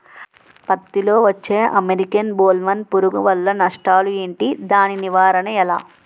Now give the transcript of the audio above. పత్తి లో వచ్చే అమెరికన్ బోల్వర్మ్ పురుగు వల్ల నష్టాలు ఏంటి? దాని నివారణ ఎలా?